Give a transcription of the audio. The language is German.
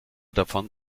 davon